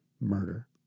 murder